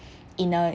in a